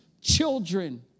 children